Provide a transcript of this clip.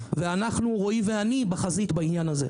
ורועי ואני בחזית בעניין הזה.